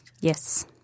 yes